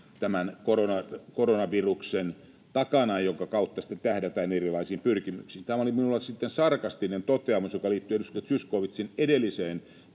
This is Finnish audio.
tämän koronaviruksen takana, jonka kautta sitten tähdätään erilaisiin pyrkimyksiin. Tämä oli minulta sarkastinen toteamus, joka liittyy edustaja Zyskowiczin edelliseen